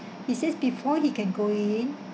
he says before he can go in